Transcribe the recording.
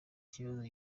kibazo